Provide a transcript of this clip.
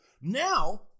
Now